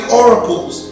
oracles